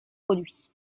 produits